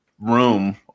room